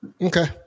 Okay